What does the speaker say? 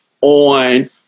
on